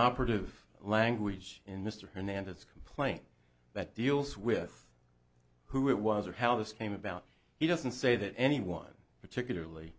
operative language in mr hernandez complaint that deals with who it was or how this came about he doesn't say that anyone particularly